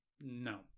No